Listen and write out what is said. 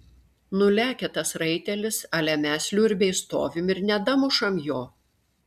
nu lekia tas raitelis ale mes liurbiai stovim ir nedamušam jo